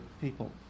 people